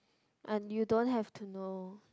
and you don't have to know